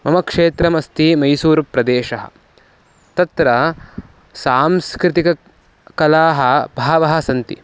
मम क्षेत्रमस्ति मैसूरुप्रदेशः तत्र सांस्कृतिककलाः बह्व्यः सन्ति